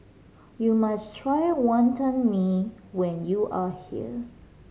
you must try Wantan Mee when you are here